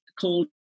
called